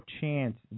chance